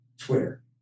Twitter